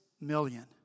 million